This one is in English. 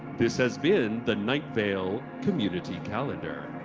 this has been the night vale community calender.